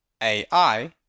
AI